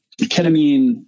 ketamine